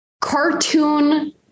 cartoon